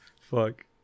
Fuck